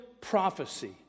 prophecy